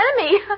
enemy